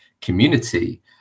community